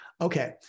okay